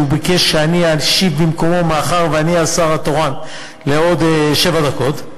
כשהוא ביקש שאני אשיב במקומו מאחר שאני השר התורן לעוד שבע דקות,